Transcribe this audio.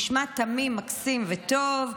נשמע תמים, מקסים וטוב.